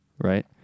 right